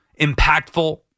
impactful